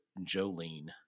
Jolene